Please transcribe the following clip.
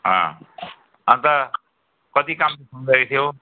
अँ अनि त कति काम हुँदै थियो